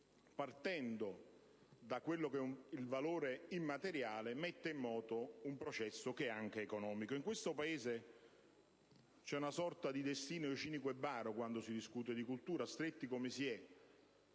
partendo da quello che è il valore immateriale, mette in moto un processo che è anche economico. In questo Paese, vi è una sorta di destino cinico e baro quando si parla di cultura, stretti come si è